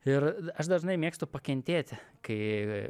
ir aš dažnai mėgstu pakentėti kai